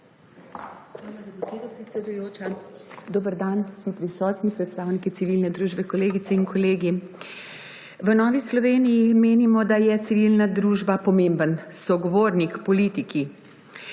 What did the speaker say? Dober dan vsi prisotni predstavniki civilne družbe, kolegice in kolegi! V Novi Sloveniji menimo, da je civilna družba pomemben sogovornik politiki.